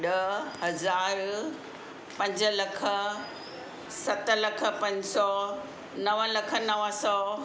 ॾह हज़ार पंज लख सत लख पंज सौ नव लख नव सौ